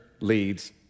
leads